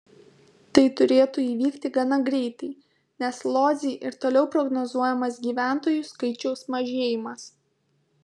tai turėtų įvykti gana greitai nes lodzei ir toliau prognozuojamas gyventojų skaičiaus mažėjimas